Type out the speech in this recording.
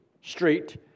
Street